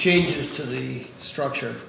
changes to the structure